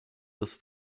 des